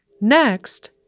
Next